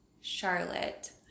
charlotte